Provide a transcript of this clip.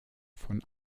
von